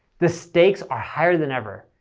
the stakes are higher than ever.